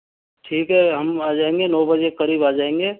ठीक है हम आ जाएंगे नौ बजे करीब आ जाएंगे